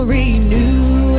renew